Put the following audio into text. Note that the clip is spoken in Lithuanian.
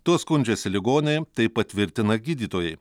tuo skundžiasi ligoniai tai patvirtina gydytojai